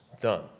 done